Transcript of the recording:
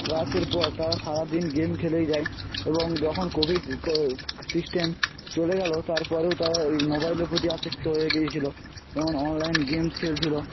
ক্লাসের পর তারা সারাদিন গেম খেলেই যায় এবং যখন কোভিড সিস্টেম চলে গেল তারপরেও তারা এই মোবাইলের প্রতি আসক্ত হয়ে গিয়েছিল যেমন অনলাইন গেমস খেলছিল